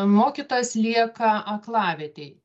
mokytojas lieka aklavietėj